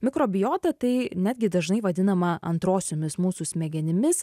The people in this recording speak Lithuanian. mikrobiota tai netgi dažnai vadinama antrosiomis mūsų smegenimis